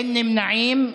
אין נמנעים.